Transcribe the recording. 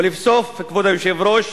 ולבסוף, כבוד היושב-ראש: